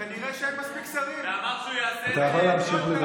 אתה לא צריך להפסיק, אתה יכול להמשיך.